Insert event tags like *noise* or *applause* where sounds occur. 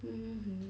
*noise*